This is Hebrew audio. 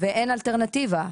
ואין אלטרנטיבה.